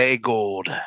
gold